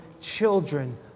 children